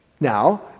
Now